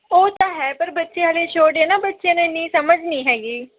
ਉਹ ਤਾਂ ਹੈ ਪਰ ਬੱਚੇ ਹਜੇ ਛੋਟੇ ਹੈ ਨਾ ਬੱਚਿਆਂ ਨੂੰ ਇੰਨੀ ਸਮਝ ਨਹੀਂ ਹੈਗੀ